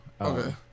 Okay